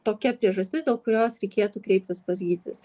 tokia priežastis dėl kurios reikėtų kreiptis pas gydytojus